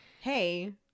hey